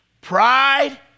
pride